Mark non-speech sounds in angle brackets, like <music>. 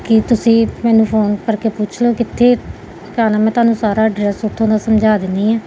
ਕਿ ਤੁਸੀਂ ਮੈਨੂੰ ਫੋਨ ਕਰਕੇ ਪੁੱਛ ਲਓ ਕਿੱਥੇ <unintelligible> ਮੈਂ ਤੁਹਾਨੂੰ ਸਾਰਾ ਅਡਰੈਸ ਉੱਥੋਂ ਦਾ ਸਮਝਾ ਦਿੰਦੀ ਹਾਂ